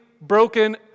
broken